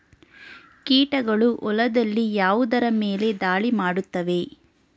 ಕೀಟಗಳು ಹೊಲದಲ್ಲಿ ಯಾವುದರ ಮೇಲೆ ಧಾಳಿ ಮಾಡುತ್ತವೆ?